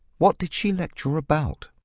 what did she lecture about?